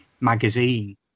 magazine